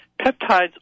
Peptides